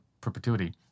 perpetuity